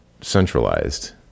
centralized